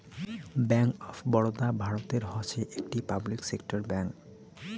bank of Baroda ভারতের হসে একটি পাবলিক সেক্টর ব্যাঙ্ক